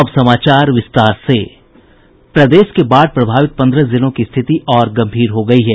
प्रदेश के बाढ़ प्रभावित पन्द्रह जिलों की स्थिति और गंभीर हो गयी है